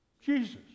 Jesus